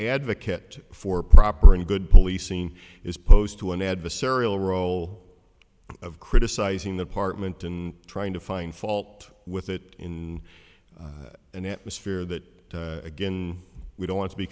advocate for proper and good policing is post to an adversarial role of criticizing the partment and trying to find fault with it in an atmosphere that again we don't want to be